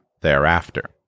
thereafter